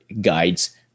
guides